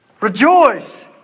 Rejoice